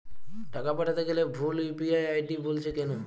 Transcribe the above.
টাকা পাঠাতে গেলে ভুল ইউ.পি.আই আই.ডি বলছে কেনো?